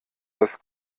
das